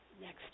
next